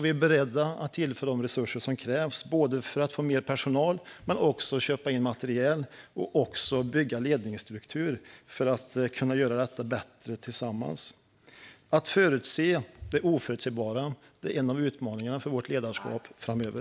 Vi är beredda att tillföra de resurser som krävs för att få mer personal, för att köpa in materiel och för att bygga ledningsstruktur - detta för att kunna göra detta bättre tillsammans. Att förutse det oförutsägbara är en av utmaningarna för vårt ledarskap framöver.